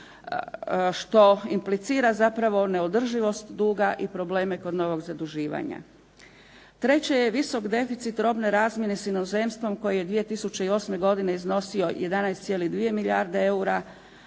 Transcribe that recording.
što implicira zapravo neodrživost duga i probleme kod novog zaduživanja. Treće je visok deficit robne razmjene sa inozemstvom koje je 2008. godine iznosio 11,2 milijarde eura